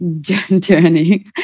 journey